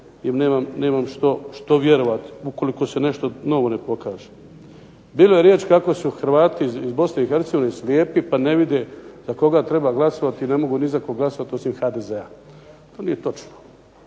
nemam što vjerovat ukoliko se nešto novo ne pokaže. Bilo je riječ kako su Hrvati iz Bosne i Hercegovine pa ne vide za koga treba glasovati, ne mogu ni za koga glasovat osim HDZ-a. To nije točno.